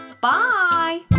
bye